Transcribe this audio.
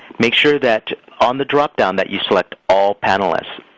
make sure that on the dropdown that you select all panelists.